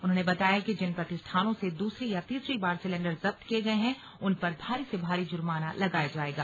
उन्होंने बताया कि जिन प्रतिष्ठानों से दूसरी या तीसरी बार सिलेण्डर जब्त किये गये हैं उन पर भारी से भारी जुर्माना लगाया जायेगा